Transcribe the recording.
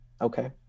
okay